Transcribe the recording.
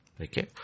Okay